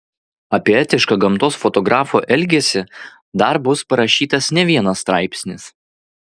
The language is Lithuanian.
apie etišką gamtos fotografo elgesį dar bus parašytas ne vienas straipsnis